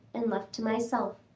and left to myself.